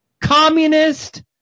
communist